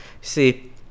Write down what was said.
See